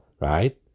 Right